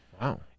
Wow